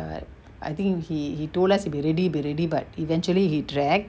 err I think he told us it will be ready be ready but eventually he dragged